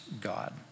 God